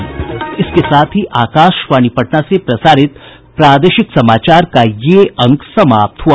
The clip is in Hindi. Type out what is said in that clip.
इसके साथ ही आकाशवाणी पटना से प्रसारित प्रादेशिक समाचार का ये अंक समाप्त हुआ